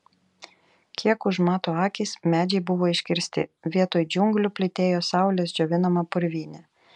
kiek užmato akys medžiai buvo iškirsti vietoj džiunglių plytėjo saulės džiovinama purvynė